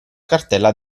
cartella